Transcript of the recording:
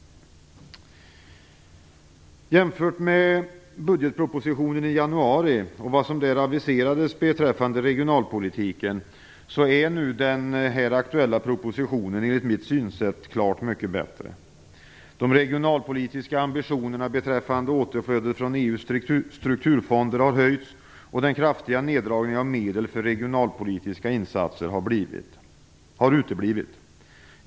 Jämfört med budgetpropositionen i januari och vad som där aviserades beträffande regionalpolitiken är den nu aktuella propositionen enligt mitt synsätt klart mycket bättre. De regionalpolitiska ambitionerna beträffande återflödet från EU:s strukturfonder har höjts, och den kraftiga minskningen av medel för regionalpolitiska insatser har uteblivit.